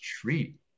treat